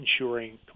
ensuring